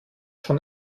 schon